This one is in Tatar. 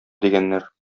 дигәннәр